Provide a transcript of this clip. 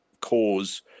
cause